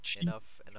enough